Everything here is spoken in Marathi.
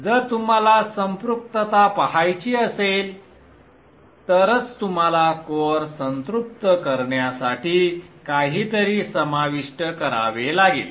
जर तुम्हाला संपृक्तता पहायची असेल तरच तुम्हाला कोअर संतृप्त करण्यासाठी काहीतरी समाविष्ट करावे लागेल